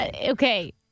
Okay